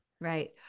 Right